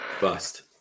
Bust